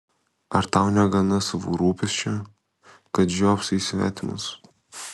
ar tau negana savų rūpesčių kad žiopsai į svetimus